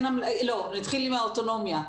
נתחיל עם האוטונומיה.